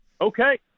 Okay